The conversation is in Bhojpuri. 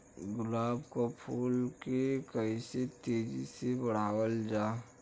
गुलाब क फूल के कइसे तेजी से बढ़ावल जा?